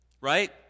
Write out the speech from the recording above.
right